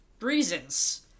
reasons